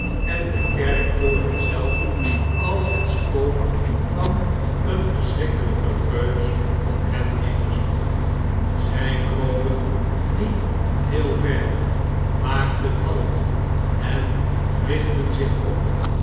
en de kerktoren zelf als het spook van een verschrikkelh'ken reus op hen nederzag zn kropen niet heel ver maakten halt en richtten zich op